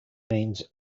means